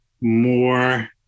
more